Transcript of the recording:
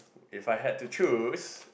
if I have to choose